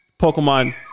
Pokemon